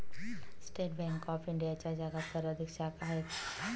state bank of इंडियाच्या जगात सर्वाधिक शाखा आहेत